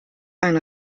ein